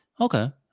Okay